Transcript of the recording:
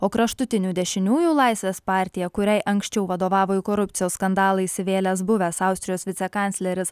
o kraštutinių dešiniųjų laisvės partija kuriai anksčiau vadovavo į korupcijos skandalą įsivėlęs buvęs austrijos vicekancleris